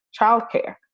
childcare